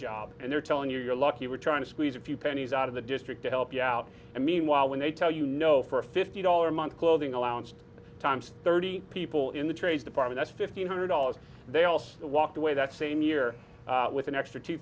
job and they're telling you you're lucky we're trying to squeeze a few pennies out of the district to help you out and meanwhile when they tell you no for a fifty dollar a month clothing allowance times thirty people in the trade department at fifteen hundred dollars they also walked away that same year with an extra two